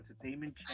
entertainment